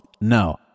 no